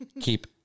keep